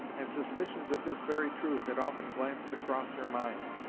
and suspicions of this very truth had often glanced across her mind,